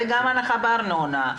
וגם הנחה בארנונה,